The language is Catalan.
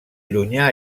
llunyà